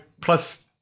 plus